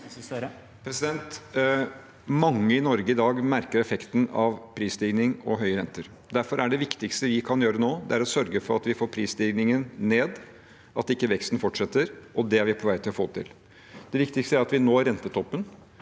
Mange i Norge i dag merker effekten av prisstigning og høye renter. Derfor er det viktigste vi kan gjøre nå, å sørge for at vi får prisstigningen ned, at ikke veksten fortsetter, og det er vi på vei til å få til. Det viktigste er at vi når rentetoppen,